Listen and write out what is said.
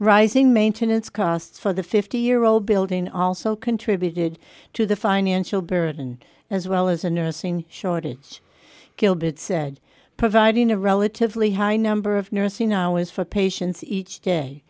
rising maintenance costs for the fifty year old building also contributed to the financial burden as well as a nursing shortage gilbert said providing a relatively high number of nursing now is for patients each day